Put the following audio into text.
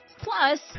Plus